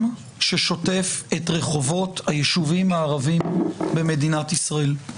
ששוטף את רחובות היישובים הערביים במדינת ישראל.